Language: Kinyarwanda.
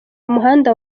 umuhanda